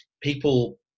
people